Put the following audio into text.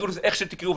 איך שתקראו לזה.